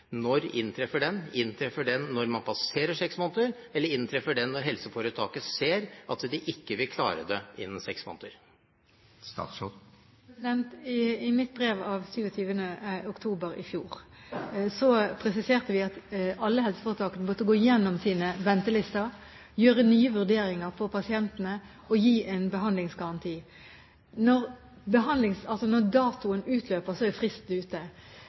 når inntreffer den? Inntreffer den når man passerer seks måneder, eller inntreffer den når helseforetaket ser at de ikke vil klare det innen seks måneder? I brev av 27. oktober i fjor presiserte vi at alle helseforetakene måtte gå igjennom sine ventelister, gjøre nye vurderinger på pasientene og gi en behandlingsgaranti. Når datoen utløper, er fristen ute.